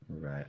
Right